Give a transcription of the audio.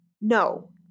No